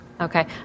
Okay